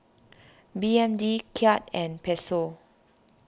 B N D Kyat and Peso